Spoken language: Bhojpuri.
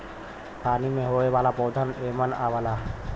पानी में होये वाला पौधा एमन आवला